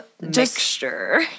mixture